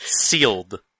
Sealed